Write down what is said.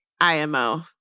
imo